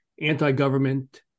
anti-government